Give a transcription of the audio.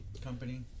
company